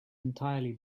entirely